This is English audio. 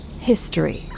history